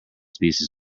species